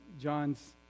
John's